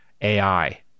ai